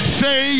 say